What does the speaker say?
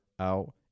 out